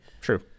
True